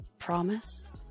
promise